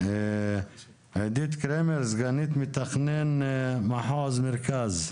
סגנית מתכנן מחוז מרכז,